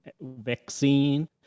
vaccine